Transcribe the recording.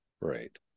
Right